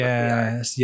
Yes